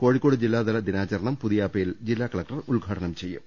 കോഴിക്കോട് ജില്ലാതല ദിനാചരണം പുതിയാപ്പയിൽ ജില്ലാ കലക്ടർ ഉദ്ഘാടനം ചെയ്യും